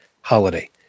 holiday